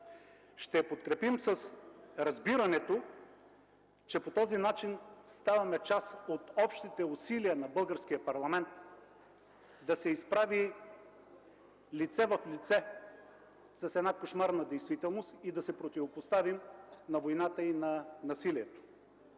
Ще я подкрепим с разбирането, че по този начин ставаме част от общите усилия на българския парламент да се изправи лице в лице с една кошмарна действителност и да се противопоставим на войната и на насилието.